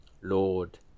Lord